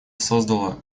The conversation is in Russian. создало